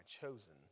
chosen